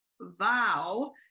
vow